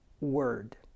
word